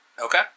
Okay